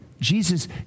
Jesus